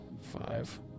five